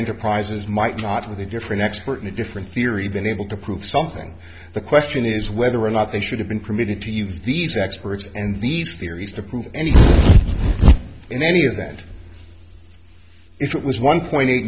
enterprises might drop with a different expert in a different theory been able to prove something the question is whether or not they should have been permitted to use these experts and these theories to prove anything in any of that if it was one point eight